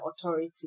authority